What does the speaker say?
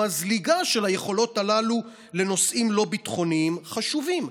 זליגה של היכולות הללו לנושאים לא ביטחוניים חשובים.